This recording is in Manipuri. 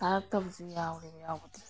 ꯇꯥꯔꯛꯇꯕꯁꯨ ꯌꯥꯎꯔꯦꯕ ꯌꯥꯎꯕꯗꯤ